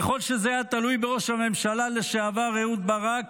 ככל שזה היה תלוי בראש הממשלה לשעבר אהוד ברק,